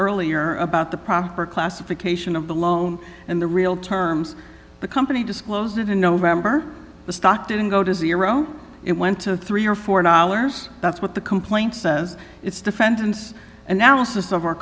earlier about the proper classification of the loan and the real terms the company disclosed in november the stock didn't go to zero it went to three or four dollars that's what the complaint says it's defendants analysis of our